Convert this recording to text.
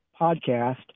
podcast